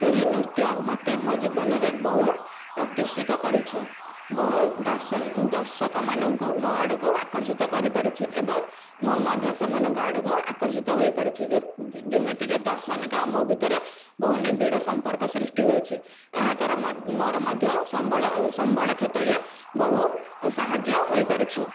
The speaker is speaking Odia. ସେହି ନୃତ୍ୟ ମୋତେ ମୋ ଜୀବନରେ ବହୁ ପ୍ରତିଷ୍ଠିତ କରିଛି ବହୁ ଦର୍ଶ ଦର୍ଶକ ମାନଙ୍କୁ ମୋ ଆଡ଼କୁ ଆକର୍ଷିତ କରି ପାରିଛି ଏବଂ ମୁଁ ମଧ୍ୟ ସେମାନଙ୍କ ଆଡ଼କୁ ଆକର୍ଷିତ ହୋଇପାରିଛି ଯେମିତିକି ଦର୍ଶନିକ ଆଉ ମୋ ଭିତରେ ବହୁ ନିବିଡ଼ ସମ୍ପର୍କ ସୃଷ୍ଟି ହୋଇଛି ଏହାଦ୍ୱାରା ମୋର ମଧ୍ୟ ସମ୍ବଳ ସମ୍ବଳ କ୍ଷେତ୍ରରେ ବହୁ ସାହାଯ୍ୟ ହୋଇପାରିଛି